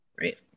Right